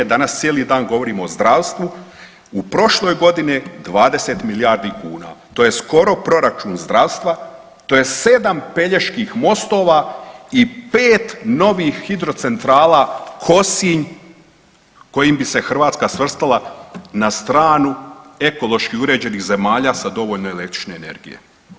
Danas cijeli dan govorimo o zdravstvu, u prošloj godini 20 milijardi kuna, to je skoro proračun zdravstva, to je 7 Peljeških mostova i 5 novih hidrocentrala Kosinj kojim bi se Hrvatska svrstala na stranu ekološki uređenih zemalja sa dovoljno električne energije.